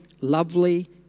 lovely